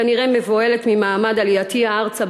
כנראה מבוהלת ממעמד עלייתי ארצה,